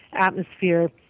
atmosphere